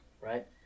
right